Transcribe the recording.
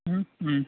ಹ್ಞೂ ಹ್ಞೂ